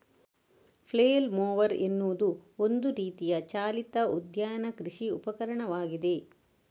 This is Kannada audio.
ಫ್ಲೇಲ್ ಮೊವರ್ ಎನ್ನುವುದು ಒಂದು ರೀತಿಯ ಚಾಲಿತ ಉದ್ಯಾನ ಕೃಷಿ ಉಪಕರಣವಾಗಿದೆ